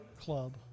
club